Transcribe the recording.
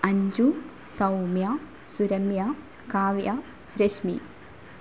Anju Soumya Suramya Kavya Rashmi